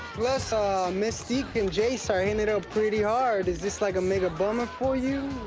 plus ah mystique and jace are hittin' it up pretty hard, is this like a mega bummer for you?